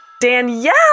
danielle